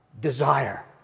Desire